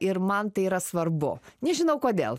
ir man tai yra svarbu nežinau kodėl